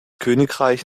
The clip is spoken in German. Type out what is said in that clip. königreich